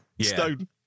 stone